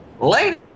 lady